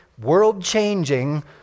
world-changing